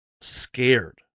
scared